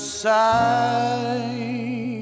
side